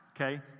okay